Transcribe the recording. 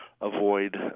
avoid